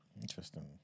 Interesting